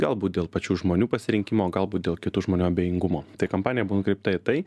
galbūt dėl pačių žmonių pasirinkimo galbūt dėl kitų žmonių abejingumo tai kampanija buvo nukreipta į tai